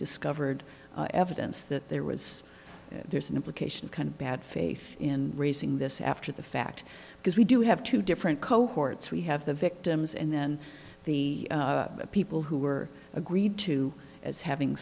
discovered evidence that there was there's an implication kind of bad faith in raising this after the fact because we do have two different cohorts we have the victims and then the people who were agreed to as having